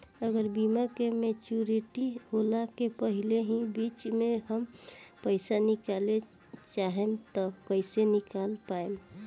अगर बीमा के मेचूरिटि होला के पहिले ही बीच मे हम पईसा निकाले चाहेम त कइसे निकाल पायेम?